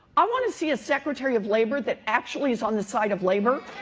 i want to see a secretary of labor that actually is on the side of labor.